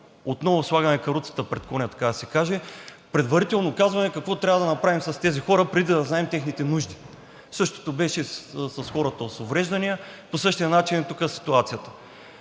отново слагаме каруцата пред коня, предварително казваме какво трябва да направим с тези хора, преди да знаем техните нужди. Същото беше с хората с увреждания, по същия начин е тук ситуацията.